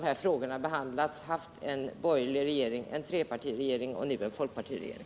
Sedan frågorna behandlats har vi haft en borgerlig trepartiregering, och nu har vi en folkpartiregering.